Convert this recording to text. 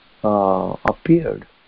appeared